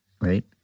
right